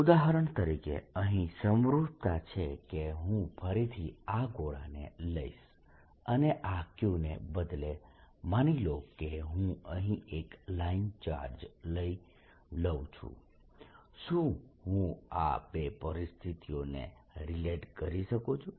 ઉદાહરણ તરીકે અહીં સમરૂપતા છે કે હું ફરીથી આ ગોળાને લઈશ અને આ Q ને બદલે માની લો કે હું અહીં એક લાઈન ચાર્જ લઉ છું શું હું આ બે પરિસ્થિતિઓને રીલેટ કરી શકું છું